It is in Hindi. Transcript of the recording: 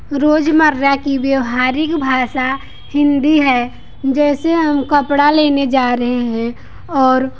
रोजमर्रा की व्यवहारिक भाषा हिंदी है जैसे हम कपड़ा लेने जा रहे हैं और